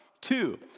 Two